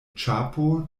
ĉapo